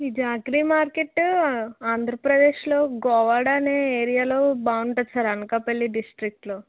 ఈ jaggery market ఆంధ్రప్రదేశ్లో గోవార్డ్ అనే ఏరియాలో బాగుటుంది సార్ అనకాపల్లి డిస్ట్రిక్ట్లో